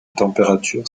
température